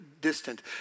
distant